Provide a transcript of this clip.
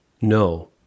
No